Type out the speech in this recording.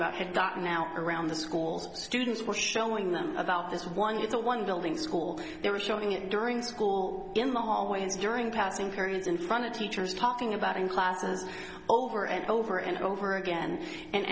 about had gotten out around the schools students were showing them about this one it's a one building school they were showing it during school in the hallways during passing periods in front of teachers talking about in classes over and over and over again and